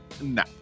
no